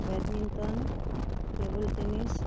badminton table tennis